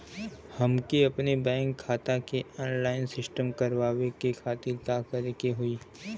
हमके अपने बैंक खाता के ऑनलाइन सिस्टम करवावे के खातिर का करे के होई?